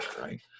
right